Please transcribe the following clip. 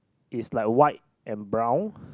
is like white and brown